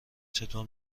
چطور